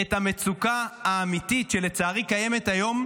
את המצוקה האמיתית שלצערי קיימת היום,